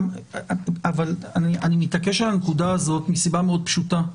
אני מתעקש על הנקודה הזאת מסיבה מאוד פשוטה,